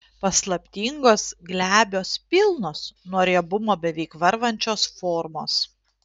paslaptingos glebios pilnos nuo riebumo beveik varvančios formos